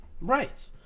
Right